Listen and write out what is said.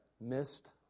missed